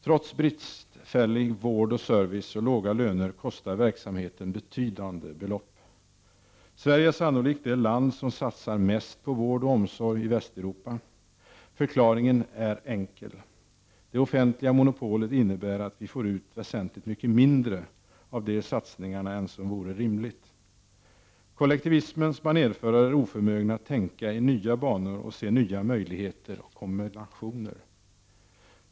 Trots bristfällig vård och service och låga löner kostar verksamheten betydande belopp. Sverige är sannolikt det land som satsar mest på vård och omsorg i Västeuropa. Förklaringen är enkel. Det offentliga monopolet innebär att vi får ut väsentligt mycket mindre av de satsningarna än som vore rimligt. Kollektivismens banérförare är oförmögna att tänka i nya banor och se nya möjligheter och kombinationer.